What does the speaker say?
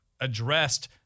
addressed